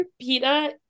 pita